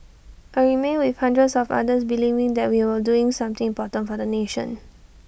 I remained with hundreds of others believing that we were doing something important for the nation